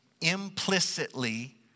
implicitly